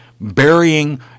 burying